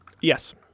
Yes